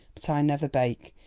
but i never bake.